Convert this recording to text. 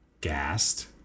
gassed